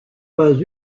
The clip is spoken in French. pas